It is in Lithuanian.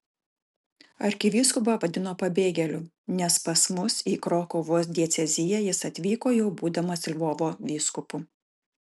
arkivyskupą vadino pabėgėliu nes pas mus į krokuvos dieceziją jis atvyko jau būdamas lvovo vyskupu